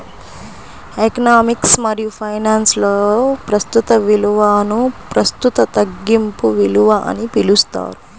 economics మరియుఫైనాన్స్లో, ప్రస్తుత విలువనుప్రస్తుత తగ్గింపు విలువ అని పిలుస్తారు